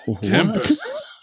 Tempest